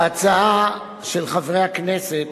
בהצעה של חברי הכנסת